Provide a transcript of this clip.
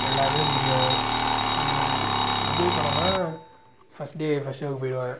எல்லாமே பி டிக்கும் விஜய் படம்னால் ஃபஸ்ட் டே ஃபஸ்ட் ஷோக்கு போயிடுவேன்